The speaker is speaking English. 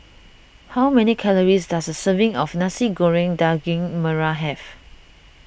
how many calories does a serving of Nasi Goreng Daging Merah have